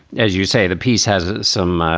as you say, the piece has some